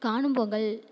Kaanum Pongal